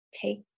take